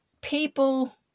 people